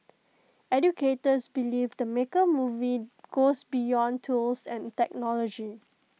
educators believe the maker movement goes beyond tools and technology